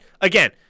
again